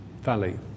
valley